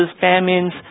famines